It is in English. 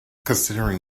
considering